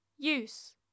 Use